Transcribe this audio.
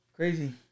crazy